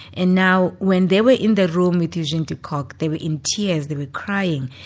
and now when they were in the room with eugene de kock they were in tears, they were crying,